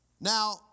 Now